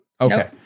Okay